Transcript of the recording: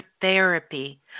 therapy